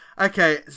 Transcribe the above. Okay